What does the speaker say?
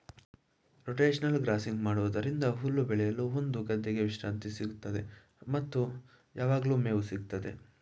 rotational grazing ಮಾಡೋದ್ರಿಂದ ಹುಲ್ಲು ಬೆಳೆಯಲು ಒಂದು ಗದ್ದೆಗೆ ವಿಶ್ರಾಂತಿ ಸಿಗುತ್ತದೆ ಮತ್ತು ಯಾವಗ್ಲು ಮೇವು ಸಿಗುತ್ತದೆ